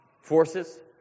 forces